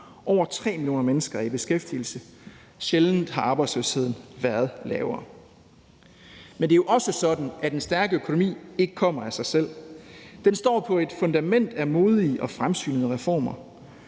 Over 3 millioner mennesker er i beskæftigelse. Sjældent har arbejdsløsheden været lavere. Men det er jo også sådan, at en stærk økonomi ikke kommer af sig selv. Den står på et fundament af modige og fremsynede reformer.